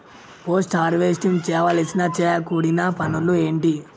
Post harvesting చేయవలసిన చేయకూడని పనులు ఏంటి?